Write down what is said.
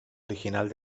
original